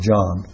John